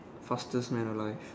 fastest man alive